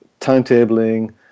timetabling